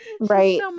Right